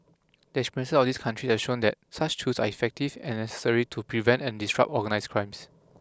the experience of these country have shown that such tools are effective and necessary to prevent and disrupt organised crimes